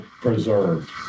preserved